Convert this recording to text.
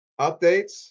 updates